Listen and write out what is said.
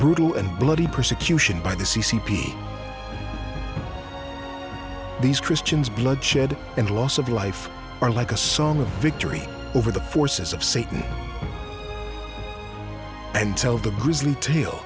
brutal and bloody persecution by the c c p these christians bloodshed and loss of life are like a song of victory over the forces of satan and tell the gris